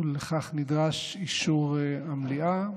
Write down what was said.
ולכך נדרש אישור המליאה.